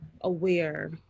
aware